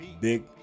big